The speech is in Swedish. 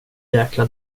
jäkla